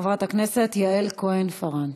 חברת הכנסת יעל כהן-פארן.